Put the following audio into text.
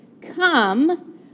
come